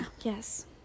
Yes